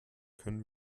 können